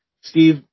Steve